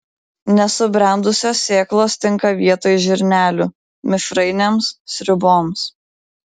nesubrendusios sėklos tinka vietoj žirnelių mišrainėms sriuboms